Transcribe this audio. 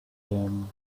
him